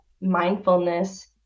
mindfulness